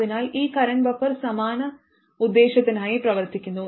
അതിനാൽ ഈ current buffer സമാന ഉദ്ദേശ്യത്തിനായി പ്രവർത്തിക്കുന്നു